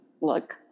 look